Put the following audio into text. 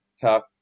tough